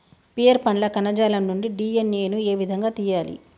Pear పండ్ల కణజాలం నుండి డి.ఎన్.ఎ ను ఏ విధంగా తియ్యాలి?